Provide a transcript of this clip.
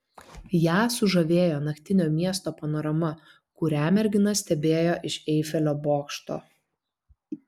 ją sužavėjo naktinio miesto panorama kurią mergina stebėjo iš eifelio bokšto